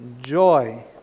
joy